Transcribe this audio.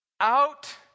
out